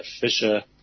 fisher